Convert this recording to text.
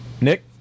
nick